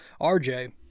RJ